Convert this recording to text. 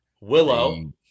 Willow